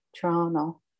Toronto